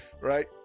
right